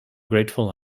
grateful